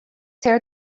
tear